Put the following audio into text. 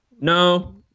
No